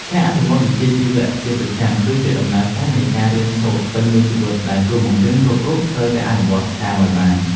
ការអភិវឌ្ឍវិជ្ជាជីវៈជាប្រចាំគឺជាដំណើរការនៃការរៀនសូត្រពេញមួយជីវិតដែលគ្រូបង្រៀនគ្រប់រូបត្រូវតែអនុវត្តតាមឱ្យបាន។